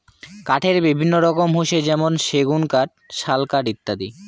কাঠের বিভিন্ন রকম হসে যেমন সেগুন কাঠ, শাল কাঠ ইত্যাদি